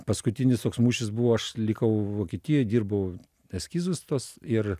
paskutinis toks mūšis buvo aš likau vokietijoj dirbau eskizus tuos ir